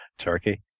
Turkey